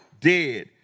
dead